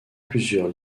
plusieurs